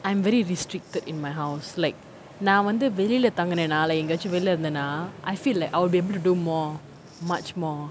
I am very restricted in my house like நான் வந்து வெளியில தங்குனேனா என்குனாச்சு வெளில இருந்தேனா:naan vanthu veliyila thangunaenaa engunaachu velila irunthaenaa I feel like I will be able to do more much more